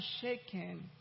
shaken